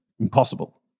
impossible